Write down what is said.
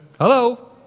Hello